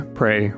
pray